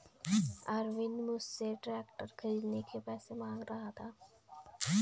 अरविंद मुझसे ट्रैक्टर खरीदने के पैसे मांग रहा था